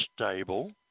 stable